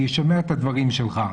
אני שומע את הדברים שלך,